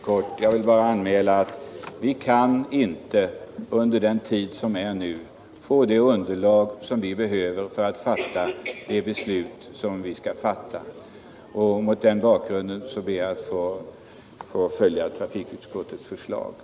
Herr talman! Det beslut som vi skall fatta i utskottet gäller enbart att ta ställning till ett yrkande om att den här frågan skall utredas. Det behöver inte ta lång tid i utskottet att avgöra om det yrkandet skall tillstyrkas eller inte.